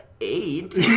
eight